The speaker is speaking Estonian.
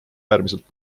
äärmiselt